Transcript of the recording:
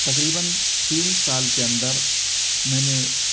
تقریباً تین سال کے اندر میں نے